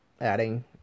adding